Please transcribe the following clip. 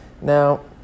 Now